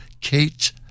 Kate